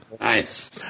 Nice